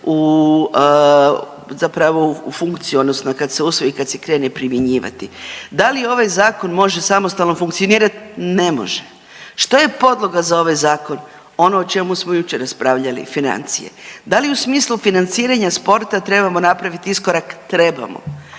zapravo u funkciju odnosno kad se usvoji i kad se krene primjenjivati. Da li ovaj zakon može samostalno funkcionirat, ne može, što je podloga za ovaj zakon, ono o čemu smo jučer raspravljali, financije, da li u smislu financiranja sporta trebamo napravit iskorak, trebamo,